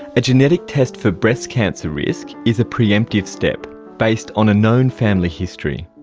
a genetic test for breast cancer risk is a pre-emptive step based on a known family history.